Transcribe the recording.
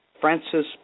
Francis